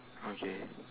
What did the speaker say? okay